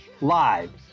live